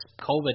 COVID